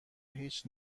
هیچ